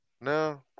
No